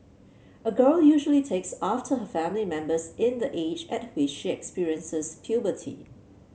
a girl usually takes after her family members in the age at which she experiences puberty